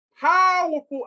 Powerful